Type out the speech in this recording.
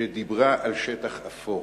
שדיברה על "שטח אפור".